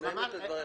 תסיים את דבריך.